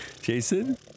Jason